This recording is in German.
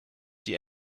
die